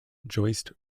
joyce